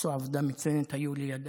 שעשו עבודה מצוינת, היו לידה.